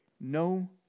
no